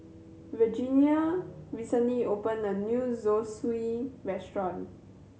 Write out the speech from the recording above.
Regenia recently opened a new Zosui Restaurant